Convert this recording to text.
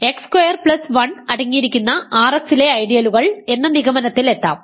അതിനാൽ x square plus 1 അടങ്ങിയിരിക്കുന്ന Rx ലെ ഐഡിയലുകൾ എന്ന നിഗമനത്തിൽ എത്താം